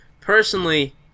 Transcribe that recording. Personally